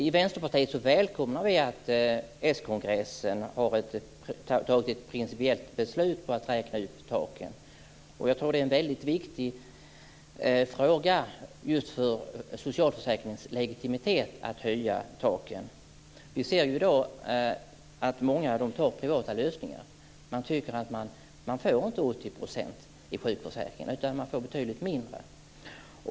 I Vänsterpartiet välkomnar vi att s-kongressen fattat ett principiellt beslut om att räkna upp taken. Jag tror att det är en väldigt viktig fråga just för socialförsäkringens legitimitet att höja taken. Vi ser i dag att många väljer privata lösningar. Man tycker att man inte får 80 % i sjukförsäkringen, utan man får betydligt mindre.